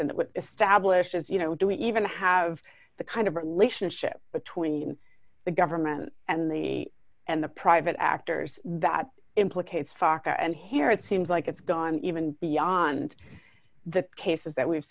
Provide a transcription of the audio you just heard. as you know do we even have the kind of relationship between the government and the and the private actors that implicates fokker and here it seems like it's gone even beyond the cases that we've